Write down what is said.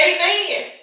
Amen